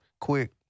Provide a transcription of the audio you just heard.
Quick